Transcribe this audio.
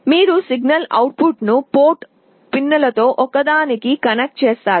మీరు సిగ్నల్ అవుట్పుట్ను పోర్ట్ పిన్లలో ఒకదానికి కనెక్ట్ చేస్తారు